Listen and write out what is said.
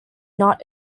not